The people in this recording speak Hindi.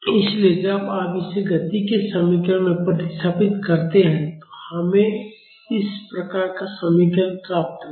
इसलिए जब आप इसे गति के समीकरण में प्रतिस्थापित करते हैं तो हमें इस प्रकार का समीकरण प्राप्त होगा